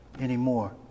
anymore